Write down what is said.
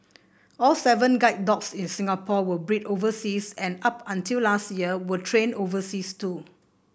all seven guide dogs in Singapore were bred overseas and up until last year were trained overseas too